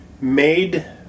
made